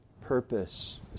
purpose